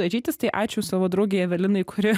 dažytis tai ačiū savo draugei evelinai kuri